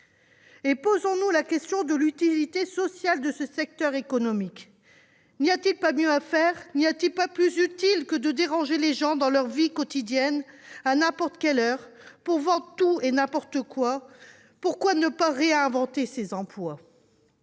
Posons-nous la question de l'utilité sociale de ce secteur économique. N'y a-t-il pas mieux à faire, n'y a-t-il pas plus utile que de déranger les gens dans leur vie quotidienne, à n'importe quelle heure, pour vendre tout et n'importe quoi ? Pourquoi ne pas « réinventer » ces emplois ?